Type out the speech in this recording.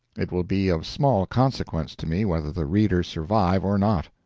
it will be of small consequence to me whether the reader survive or not.